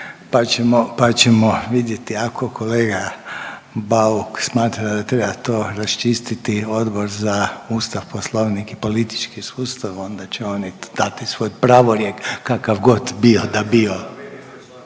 pa ćemo vidjeti ako kolega Bauk smatra da treba to raščistiti Odbor za Ustav, Poslovnik i politički sustav onda će oni dati svoj pravorijek kakavgod bio da bio